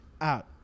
out